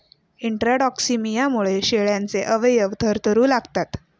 इंट्राटॉक्सिमियामुळे शेळ्यांचे अवयव थरथरू लागतात